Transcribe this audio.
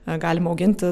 galima auginti